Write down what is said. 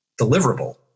deliverable